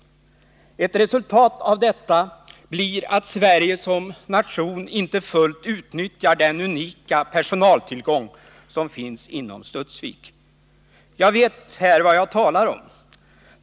Ett resultat av detta blir att Sverige som nation inte fullt utnyttjar den unika personalresurs som finns inom Studsvik. Jag vet vad jag här talar om.